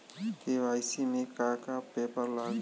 KYC में का का पेपर लगी?